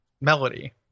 melody